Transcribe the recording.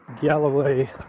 galloway